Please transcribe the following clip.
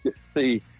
see